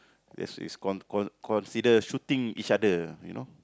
yes it's con~ con~ consider shooting each other you know